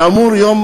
כאמור, יום